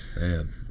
Man